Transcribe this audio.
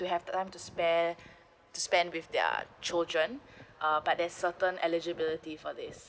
to have them to spare spend with their children uh but there's certain eligibility for this